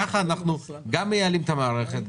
כך אנחנו גם מייעלים את המערכת,